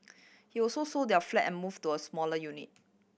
he also sold their flat and moved to a smaller unit